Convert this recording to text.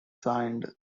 signed